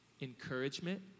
encouragement